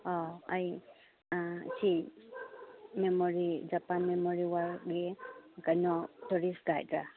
ꯑꯥ ꯑꯩ ꯁꯤ memory Japan memorial ꯋꯥꯔꯒꯤ ꯀꯩꯅꯣ ꯇꯨꯔꯤꯁ ꯒꯥꯏꯠꯂꯥ